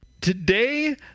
Today